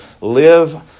Live